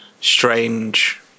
strange